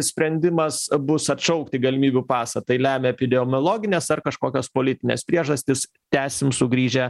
sprendimas bus atšaukti galimybių pasą tai lemia epidemiologinės ar kažkokios politinės priežastys tęsim sugrįžę